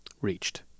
reached